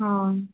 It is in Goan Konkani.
हा